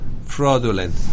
fraudulent